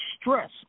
stress